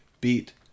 beat